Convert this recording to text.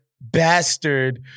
bastard